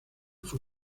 fue